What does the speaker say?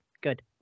good